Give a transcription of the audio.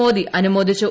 മോദി അനുമോദിച്ചു